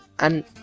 and.